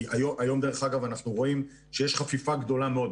היום, דרך אגב, אנחנו רואים שיש חפיפה גדולה מאוד.